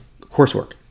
coursework